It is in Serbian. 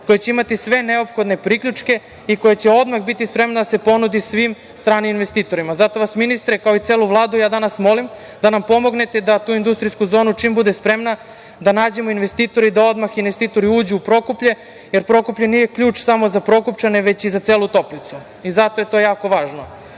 koja će imati sve neophodne priključke i koja će odmah biti spremna da se ponudi svim stranim investitorima. Zato vas, ministre, kao i celu Vladu, ja danas molim da nam pomognete da za tu industrijsku zonu čim bude spremna da nađemo investitore i da odmah investitori uđu u Prokuplje jer Prokuplje nije ključ samo za Prokupčane, već i za celu Toplicu. Zato je to jako važno.Za